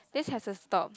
this has to stop